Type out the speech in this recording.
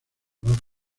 baja